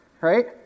right